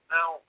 Now